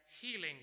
healing